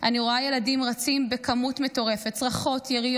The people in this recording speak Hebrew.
אני רואה ילדים רצים בכמות מטורפת, צרחות, יריות.